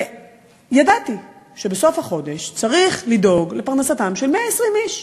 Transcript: וידעתי שבסוף החודש צריך לדאוג לפרנסתם של 120 איש.